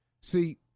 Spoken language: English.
See